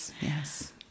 yes